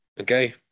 okay